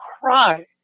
cry